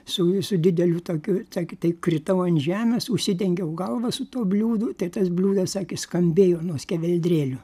su su dideliu tokiu sakė tai kritau ant žemės užsidengiau galvą su tuo bliūdu tai tas bliūdas sakė skambėjo nuo skeveldrėlių